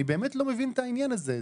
אני באמת לא מבין את העניין הזה,